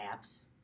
apps